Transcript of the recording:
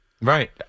Right